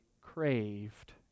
craved